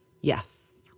Yes